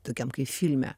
tokiam kaip filme